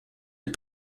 des